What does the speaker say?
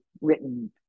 written